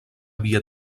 havia